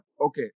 okay